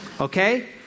Okay